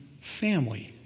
family